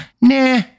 nah